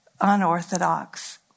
unorthodox